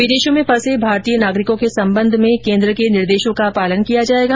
विदेशों में फंसे भारतीय नागरिकों के संबंध में केन्द्र के निर्देशों का पालन किया जाएगा